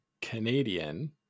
Canadian